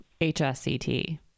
HSCT